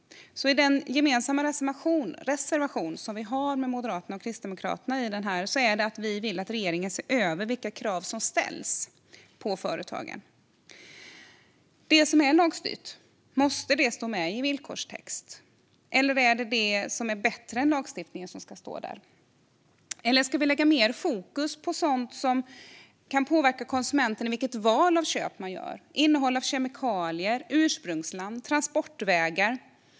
Vi har en reservation tillsammans med Moderaterna och Kristdemokraterna om att vi vill att regeringen ska se över vilka krav som ställs på företagen. Tydligare regler vid konsumentavtal Måste det som är lagstyrt stå med i en villkorstext? Eller ska det som är bättre än lagstiftningen stå där? Ska vi lägga mer fokus på sådant som kan påverka konsumentens val av köp? Jag tänker på innehåll av kemikalier, ursprungsland och transportvägar.